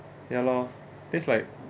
ya lor that's like